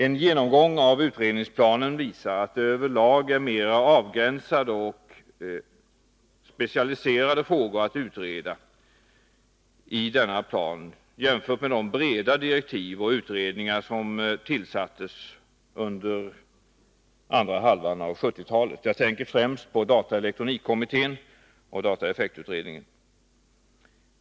En genomgång av utredningsplanen visar att det över lag är mera avgränsade och specialiserade frågor att utreda i denna plan jämfört med de breda direktiven och de utredningar som tillsattes under andra hälften av 1970-talet. Jag tänker främst på dataelektronikkommittén och dataeffektutredningen.